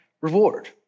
reward